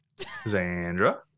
Zandra